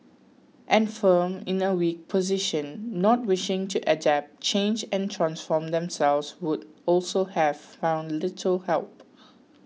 and firms in a weak position not wishing to adapt change and transform themselves would also have found little help